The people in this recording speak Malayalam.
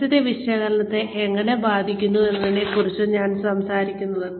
പരിസ്ഥിതി വിശകലനത്തെ എങ്ങനെ ബാധിക്കുന്നു എന്നതിനെക്കുറിച്ചാണ് ഇത് സംസാരിക്കുന്നത്